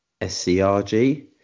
ScrG